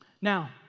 Now